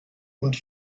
und